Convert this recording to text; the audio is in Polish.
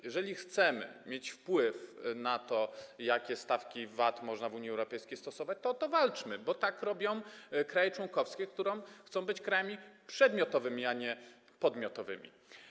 Jeżeli chcemy mieć wpływ na to, jakie stawki VAT można stosować w Unii Europejskiej, to o to walczmy, bo tak robią kraje członkowskie, które chcą być krajami podmiotowymi, a nie przedmiotowymi.